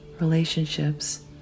Relationships